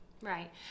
Right